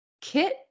kit